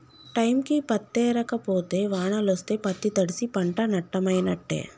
టైంకి పత్తేరక పోతే వానలొస్తే పత్తి తడ్సి పంట నట్టమైనట్టే